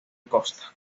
costa